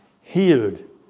healed